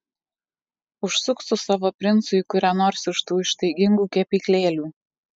užsuk su savo princu į kurią nors iš tų ištaigingų kepyklėlių